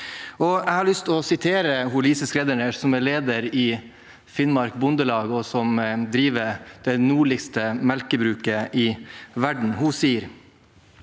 til å sitere Lise Skreddernes, som er leder i Finnmark bondelag og som driver det nordligste melkebruket i verden. Hun sier: